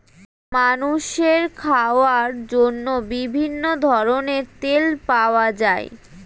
মানুষের খাওয়ার জন্য বিভিন্ন ধরনের তেল পাওয়া যায়